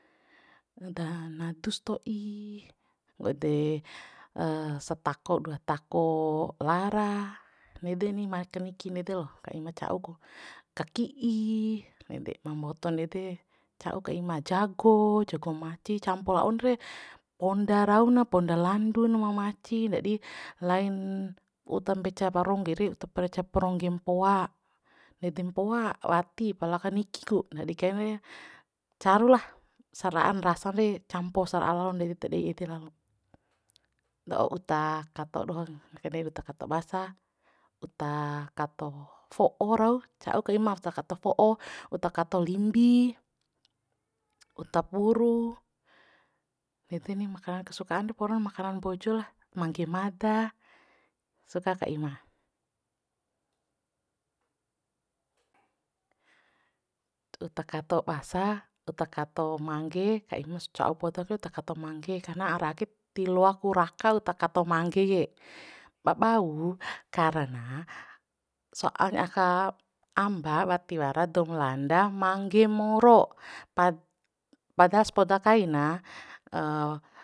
Da nadu sto'i waude satako dua tako lara nede ni ma kaniki ndede loh ka ima ca'u ku kaki'i nede ma mboto nede ca'u ka ima jago jago maci campo la'on re ponda rau na ponda landun ma maci ndadi lain uta mbeca paronggo re uta mbeca parongge mpoa ede mpoa ede mpoa wati pala kaniki ku nadi kain re caru lah sara'a rasan re campo sara'a lalon nede ta dei ede rau la'o uta kato doho kande uta kato basa uta kato fo'o rau ca'u ka ima uta kato fo'o uta kato limbi uta puru ede ni makana kesukaan re poro makanan mbojo lah mangge mada suka ka ima uta kato basa uta kato mangge ka imas ca'u poda re uta kato mangge karna ara ake ti loaku raka uta kato mangge ke babau karena soalnya aka amba wati wara doum landa mangge moro pad padaha spoda kaina